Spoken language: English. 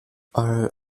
are